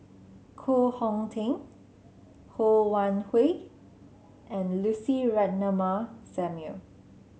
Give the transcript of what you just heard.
Koh Hong Teng Ho Wan Hui and Lucy Ratnammah Samuel